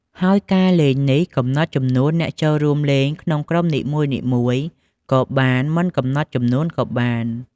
ហើយការលេងនេះ កំណត់ចំនួនអ្នកចូលរួមលេងក្នុងក្រុមនីមួយៗក៏បានមិនកំណត់ចំនួនក៏បាន។